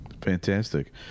Fantastic